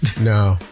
No